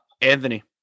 anthony